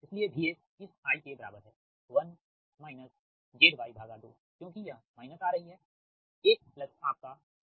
इसलिए VS इस 1 के बराबर है 1 ZY2क्योंकि यह माइनस आ रही है 1 आपका ZY2